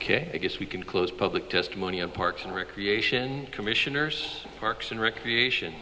ok i guess we can close public testimony of parks and recreation commissioners parks and recreation